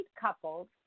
couples